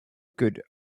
good